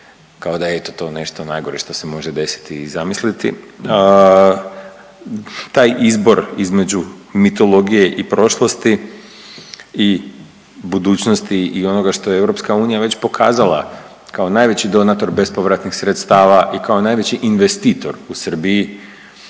kao da je eto to nešto najgore što se može desiti i zamisliti. Taj izbor između mitologije i prošlosti i budućnosti i onoga što je EU već pokazala kao najveći donator bespovratnih sredstava i kao najveći investitor u Srbiji,